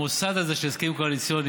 המוסד הזה של הסכמים קואליציוניים,